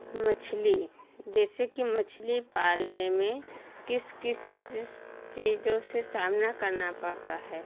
मछली जैसे कि मछली पालने में किस किस चीज़ों से सामना करना पड़ता है